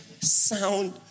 sound